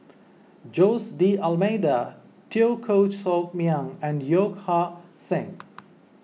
Jose D Almeida Teo Koh Sock Miang and Yeo Ah Seng